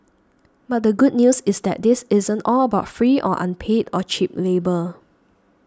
but the good news is that this isn't all about free or unpaid or cheap labour